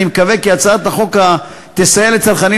אני מקווה כי הצעת החוק תסייע לצרכנים